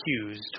accused